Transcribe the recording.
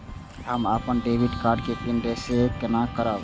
हम अपन debit card के पिन के रीसेट केना करब?